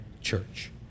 church